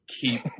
keep